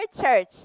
church